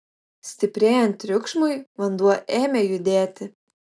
stiprėjant triukšmui vanduo ėmė judėti